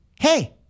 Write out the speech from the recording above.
Hey